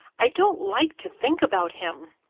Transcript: i don't like to think about him!